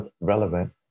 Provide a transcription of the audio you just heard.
relevant